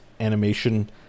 animation